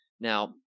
Now